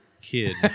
kid